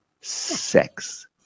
sex